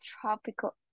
tropical